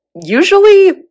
usually